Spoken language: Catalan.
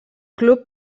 club